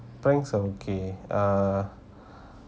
prank are okay uh